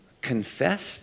confessed